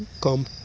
come